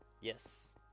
Yes